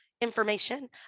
information